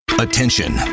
Attention